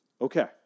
Okay